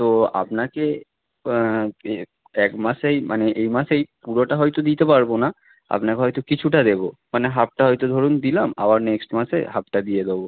তো আপনাকে এ এক মাসেই মানে এই মাসেই পুরোটা হয়তো দিতে পারবো না আপনাকে হয়তো কিছুটা দেবো মানে হাফটা হয়তো ধরুন দিলাম আবার নেক্সট মাসে হাফটা দিয়ে দেবো